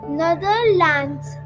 netherlands